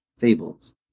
fables